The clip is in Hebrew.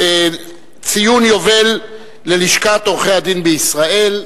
ציון יובל ללשכת עורכי-הדין בישראל,